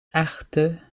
echte